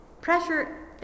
Pressure